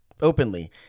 openly